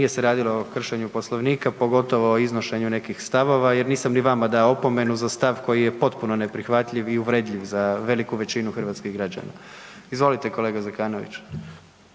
nije se radilo o kršenju Poslovnika, pogotovo o iznošenju nekih stavova jer nisam ni vama dao opomenu za stav koji je potpuno neprihvatljiv i uvredljiv za veliku većinu hrvatskih građana. Izvolite, kolega Zekanović.